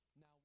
Now